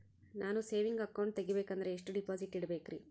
ನಾನು saving account ತೆಗಿಬೇಕಂದರ ಎಷ್ಟು ಡಿಪಾಸಿಟ್ ಇಡಬೇಕ್ರಿ?